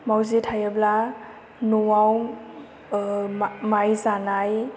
मावजि थायोब्ला न'आव माइ जानाय